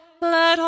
let